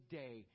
day